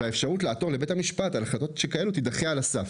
והאפשרות לעתור לבית המשפט על החלטות כאלו תידחה על הסף.